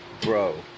Bro